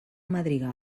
madrigal